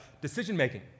decision-making